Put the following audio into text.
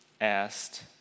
asked